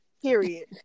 Period